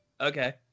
okay